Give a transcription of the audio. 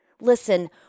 Listen